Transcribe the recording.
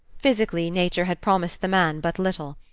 physically, nature had promised the man but little.